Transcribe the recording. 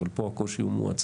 אבל פה הקושי הוא מועצם.